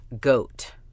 Goat